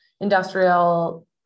industrial